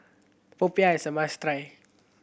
popiah is a must try